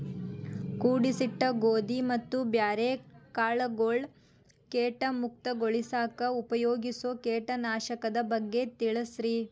ಕೂಡಿಸಿಟ್ಟ ಗೋಧಿ ಮತ್ತ ಬ್ಯಾರೆ ಕಾಳಗೊಳ್ ಕೇಟ ಮುಕ್ತಗೋಳಿಸಾಕ್ ಉಪಯೋಗಿಸೋ ಕೇಟನಾಶಕದ ಬಗ್ಗೆ ತಿಳಸ್ರಿ